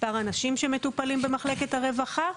מספר הנשים שמטופלים במחלקת הרווחה.